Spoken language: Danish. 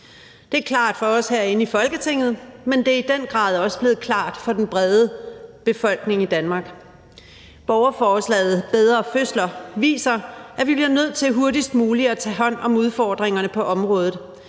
Det er klart for os herinde i Folketinget, men det er i den grad også blevet klart for den brede befolkning i Danmark. Borgerforslaget om bedre fødsler viser, at vi bliver nødt til hurtigst muligt at tage hånd om udfordringerne på området.